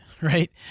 right